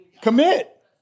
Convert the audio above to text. Commit